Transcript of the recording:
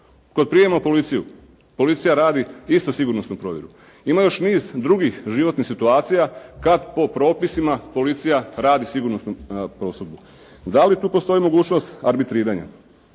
Kod prijema u policiju policija radi isto sigurnosnu provjeru. Ima još niz drugih životnih situacija kad po propisima policija radi sigurnosnu prosudbu. Da li tu postoji mogućnost arbitriranja?